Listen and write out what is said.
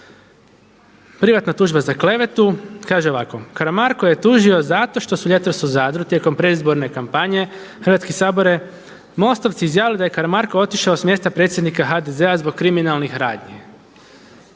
privatna tužba za klevetu kaže ovako Karamarko je tužio zato što su ljetos u Zadru tijekom predizborne kampanje za Hrvatski sabor mostovci izjavili da je Karamarko otišao s mjesta predsjednika HDZ-a zbog kriminalnih radnji.